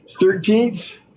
Thirteenth